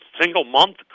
single-month